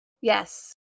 Yes